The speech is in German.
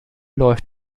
läuft